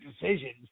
decisions